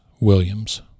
Williams